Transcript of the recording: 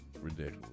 Ridiculous